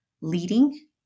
leading